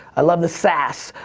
i love the sass,